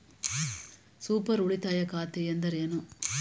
Super ಉಳಿತಾಯ ಖಾತೆ ಎಂದರೇನು?